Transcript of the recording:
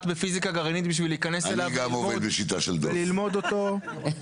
בפיזיקה גרעינית בשביל להיכנס אליו וללמוד אותו,